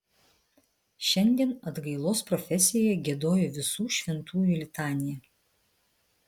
šiandien atgailos profesijoje giedojo visų šventųjų litaniją